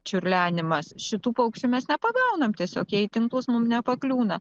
čiurlenimas šitų paukščių mes nepagaunam tiesiog jie į tinklus mum nepakliūna